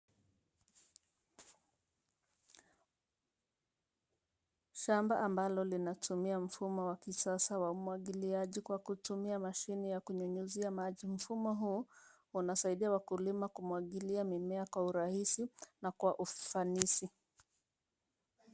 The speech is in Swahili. Shamba ambalo linatumia mfumo wa kisasa wa umwagiliaji kwa kutumia mashine ya kunyunyizia maji. Mfumo huu unasaidia wakulima kumwagilia mimea kwa urahisi na kwa ufanisi.